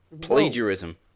plagiarism